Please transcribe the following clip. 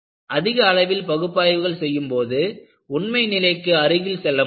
அதிக அளவில் பகுப்பாய்வுகள் செய்யும் போது உண்மை நிலைக்கு அருகில் செல்ல முடியும்